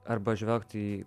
arba žvelgt į